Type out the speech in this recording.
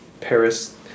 Paris